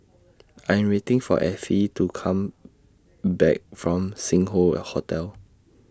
I Am waiting For Ethie to Come Back from Sing Hoe Hotel